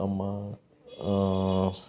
ತಮ್ಮ ಆಸ್